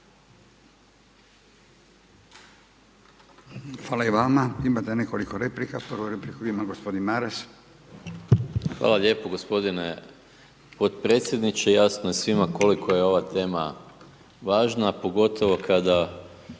Hvala i vama. Imate nekoliko replika. Prvu repliku ima gospodin Maras. **Maras, Gordan (SDP)** Hvala lijepo gospodine potpredsjedniče. Jasno je svima koliko je ova tema važna a pogotovo kada